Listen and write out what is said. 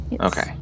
Okay